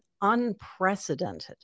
unprecedented